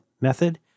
method